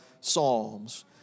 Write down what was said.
psalms